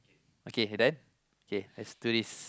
okay then okay let's do this